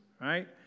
right